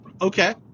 Okay